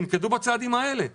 תנקטו בצעדים האלה.